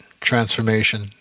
transformation